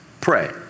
pray